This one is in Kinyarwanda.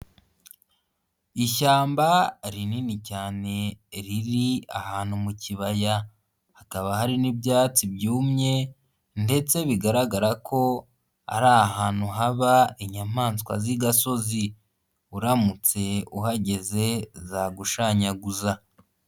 Ishyamba rinini cyane riri ahantu mu kibaya, hakaba hari n'ibyatsi byumye ndetse bigaragara ko ari ahantu haba inyamaswa z'igasozi, uramutse uhageze zagushanyaguza.